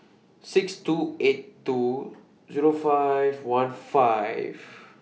six two eight two Zero five one five